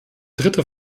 dritte